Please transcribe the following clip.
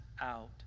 out